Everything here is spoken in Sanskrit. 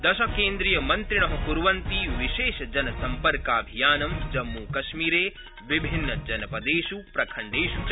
दशकेन्द्रियमन्त्रिण कुर्वन्ति विशेषजनसम्पर्काभियानं जम्मूकश्मीरे विभिन्नजनपदेषु प्रखण्डेषु च